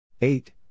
Eight